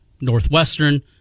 Northwestern